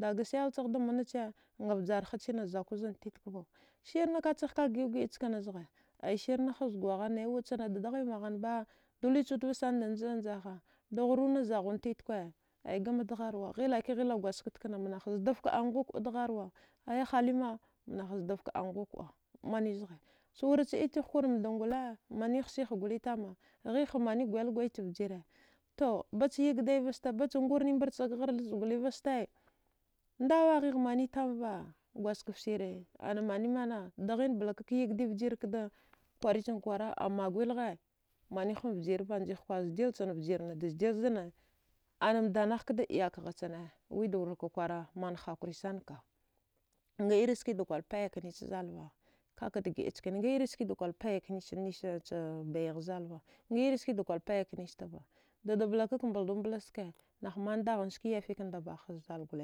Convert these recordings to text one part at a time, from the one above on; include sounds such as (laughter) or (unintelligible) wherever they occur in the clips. Daga shillce da mna, avjaragha ci na zkuzava na titikwe va liyena cegha ka giduwe gida cena zaghe suyena nza gwaha nayuwace da dighe mahane ba dull wud san da nzda nzda, gma deghwaru na zdafe titkwe hilake hla gwazekafte kana ngha zdva ftfe ka angwalva, aya halima nagha zadife angwa kuda ci wura dtighe kwri thugwl mne leghe guli tama, ghe kha mane gwala wala ci vjivu, to baci ygidaya vta barei dure nay mburate sege chratha ci gwal viseta nduwa ghe kha mane va tama gwazikafte sire mane, mane dighe balla ugidaya vjvu da kwara kena a magulghe mne ghe vjivi nzghe kula zadilla, vjirina da zadila za ni ana ma danaghe ka ɗkigha cena we da mna kwara, mna hakuya sana, a ni sikina da payani zallava, ka da gida cena, a vu ski da payani zallava, ka ka gida nekene a vui ce ski de payana ski ce bayaha zallava, iri zdfe, da blaka mulduwa mbul ski yafe ka nda kha zalla gwal,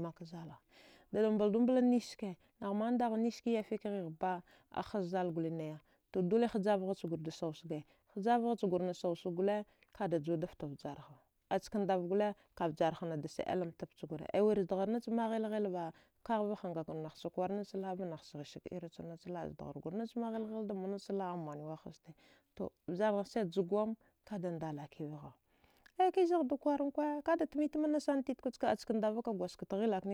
mka zalla, da mbuldambulanise ski a mna da nise yafe ka ghehe ba zala gwal naya, dole hadjava gwre hadjava ga at juwa da fte vjaraha aska ndava gwal ka juwa da fte vjaraha, saolila ntaba cugure bi ahila hila va kava gwal ka zdahara nicki kavilivila she iyi ci ba zdra gwre, naci vghilhil ha to (unintelligible)